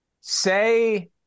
Say